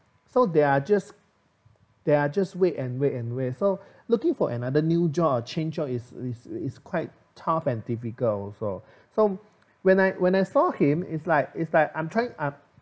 so they are just they are just wait and wait and wait so looking for another new job or change right is is is quite tough and difficult also so when I when I saw him it's like it's like I'm trying I'm